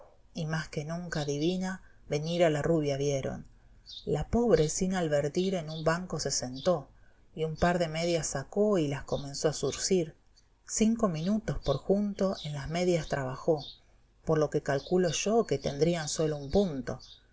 y más que nunca divina venir a la rubia vieron la pobre sin alvertir en un banco se sentó y un par de medias sacó y las comenzó a zurcir cinco minutos por junto en las medias trabajó por lo qne calculo yo que tendrían sólo un punto